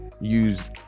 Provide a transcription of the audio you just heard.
use